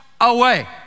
away